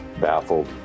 baffled